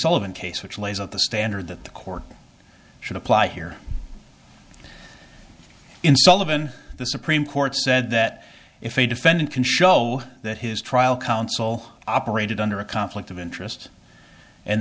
sullivan case which lays out the standard that the court should apply here in sullivan the supreme court said that if a defendant can show that his trial counsel operated under a conflict of interest and